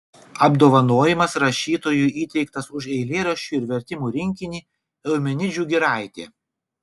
apdovanojimas rašytojui įteiktas už eilėraščių ir vertimų rinkinį eumenidžių giraitė